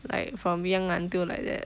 like from young until like that